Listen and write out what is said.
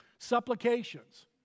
supplications